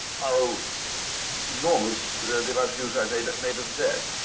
how enormous the amount of use i've made made of that.